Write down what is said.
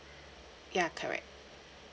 ya correct